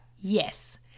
Yes